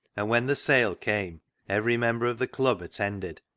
and when the sale came every member of the club attended,